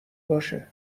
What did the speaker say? باشه